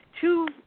two